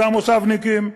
זה המושבניקים,